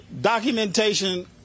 documentation